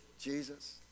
Jesus